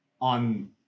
on